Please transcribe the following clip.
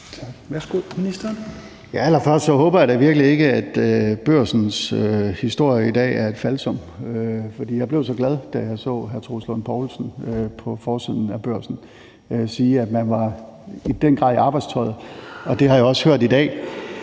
jeg da virkelig ikke, at Børsens historie i dag er et falsum, for jeg blev så glad, da jeg så hr. Troels Lund Poulsen på forsiden af Børsen sige, at man i den grad var i arbejdstøjet, og det har jeg også hørt i dag.